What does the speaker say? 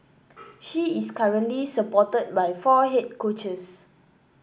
she is currently supported by four head coaches